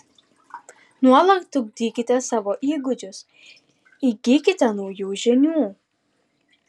nuolat ugdykite savo įgūdžius įgykite naujų žinių